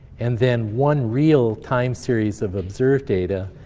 and then one real time series of observed data,